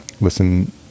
listen